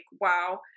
wow